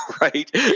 right